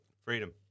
Freedom